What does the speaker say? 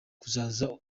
kuzaba